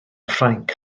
ffrainc